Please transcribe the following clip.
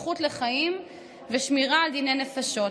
הזכות לחיים ושמירה על דיני נפשות.